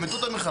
במטותא ממך,